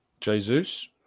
Jesus